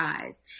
eyes